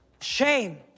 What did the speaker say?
Shame